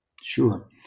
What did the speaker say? Sure